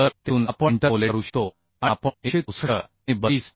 तर त्यातून आपण इंटरपोलेट करू शकतो आणि आपण 164 आणि 32